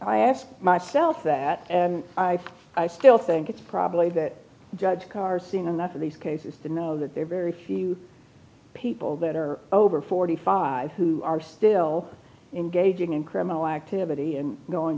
i ask myself that and i still think it's probably that judge carr seen enough of these cases to know that there are very few people that are over forty five who are still engaging in criminal activity and going